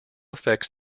affects